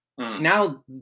Now